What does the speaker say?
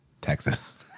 Texas